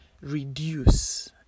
reduce